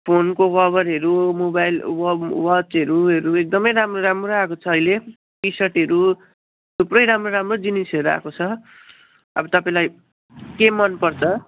फोनको कभरहरू मोबाइल वाचहरू हरू एकदमै राम्रो राम्रो आएको छ अहिले टी सर्टहरू थुप्रै राम्रो राम्रो जिनिसहरू आएको छ अब तपाईँलाई के मन पर्छ